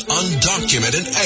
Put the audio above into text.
undocumented